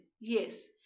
yes